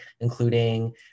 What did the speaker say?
including